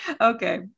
Okay